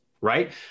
right